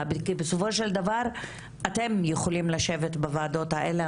כי בסופו של דבר אתם יכולים לשבת בוועדות האלה,